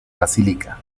basílica